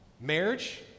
marriage